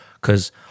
Cause